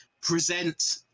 present